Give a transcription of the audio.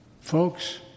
Folks